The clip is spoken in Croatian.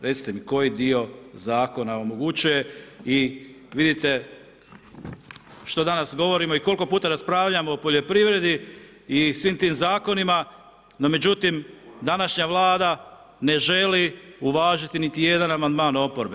Recite mi koji dio Zakona omogućuje i vidite što danas govorimo i koliko puta raspravljamo o poljoprivredi i svim tim zakonima, no međutim, današnja vlada ne želi uvažiti niti jedan amandman oporbe.